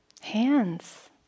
Hands